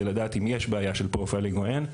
לדעת אם יש בעיה של "פרופיילינג" או אין.